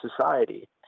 society